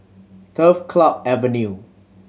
Turf Club Avenue